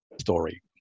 story